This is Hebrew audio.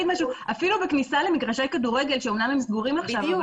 אפילו בכניסה למגרשי כדורגל שאמנם הם סגורים עכשיו,